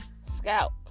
scalp